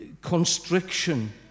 constriction